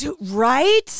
right